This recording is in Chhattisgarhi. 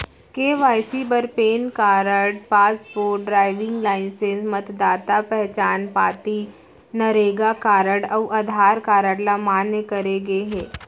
के.वाई.सी बर PAN card, passport, driving licence, मतदाता पहचान पाती, नरेगा कारड अउ आधार कारड ल मान्य करे गे हे